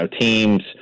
teams –